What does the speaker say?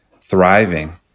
thriving